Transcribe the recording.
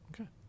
Okay